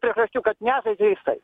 priežasčių kad nežaidžia jisai